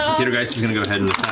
caedogeist is going to go ahead and